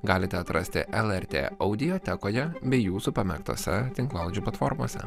galite atrasti lrt audiotekoje bei jūsų pamėgtose tinklalaidžių platformose